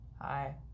Hi